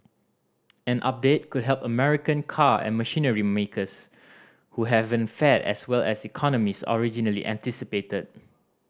an update could help American car and machinery makers who haven't fared as well as economist originally anticipated